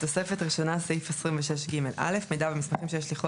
"תוספת ראשונה (סעיף 26ג(א)) מידע ומסמכים שיש לכלול